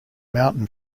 mountain